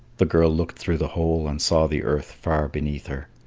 the girl looked through the hole, and saw the earth far beneath her.